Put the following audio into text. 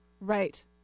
Right